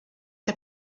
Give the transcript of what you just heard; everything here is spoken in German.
der